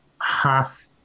half